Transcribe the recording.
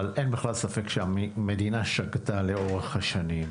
אבל אין בכלל ספק שהמדינה שגתה לאורך השנים.